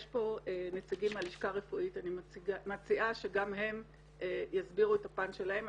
יש פה נציגים מהלשכה הרפואית ואני מציעה שגם הם יסבירו את הפן שלהם.